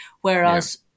Whereas